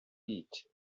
eat